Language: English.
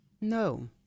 No